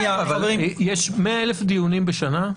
יש 100,000 דיונים בשנה?